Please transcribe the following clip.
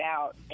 out